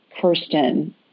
Kirsten